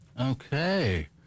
Okay